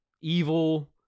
evil